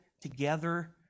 together